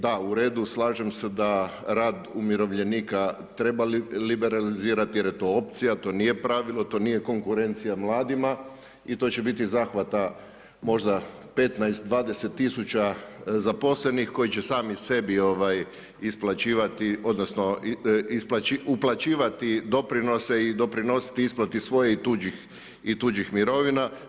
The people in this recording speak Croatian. Da u redu, slažem se da rad umirovljenika treba liberalizirati jer je to opcija, to nije pravilo, to nije konkurencija mladima i to će biti zahvata možda 15, 20 000 zaposlenih koji će sami sebi isplaćivati, odnosno uplaćivati doprinose i doprinositi isplate svojih i tuđih mirovina.